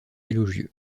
élogieux